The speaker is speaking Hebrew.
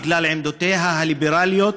בגלל עמדותיה הליברליות